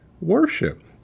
worship